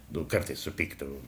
nu kartais supykdavau